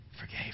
forgave